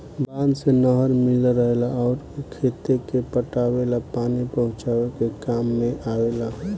बांध से नहर मिलल रहेला अउर उ खेते के पटावे ला पानी पहुचावे के काम में आवेला